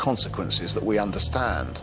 consequence is that we understand